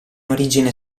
origine